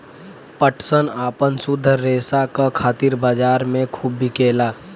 पटसन आपन शुद्ध रेसा क खातिर बजार में खूब बिकेला